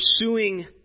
Pursuing